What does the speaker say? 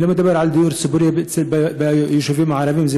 אני לא מדבר על דיור ציבורי ביישובים הערביים,